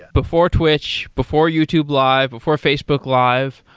before twitch, before youtube live, before facebook live.